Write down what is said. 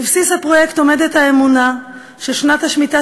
בבסיס הפרויקט עומדת האמונה ששנת השמיטה